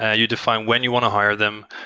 ah you define when you want to hire them,